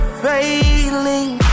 failing